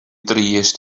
drist